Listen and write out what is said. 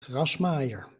grasmaaier